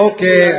Okay